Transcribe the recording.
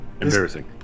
Embarrassing